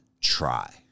try